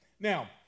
Now